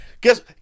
guess